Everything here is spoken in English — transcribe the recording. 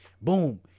Boom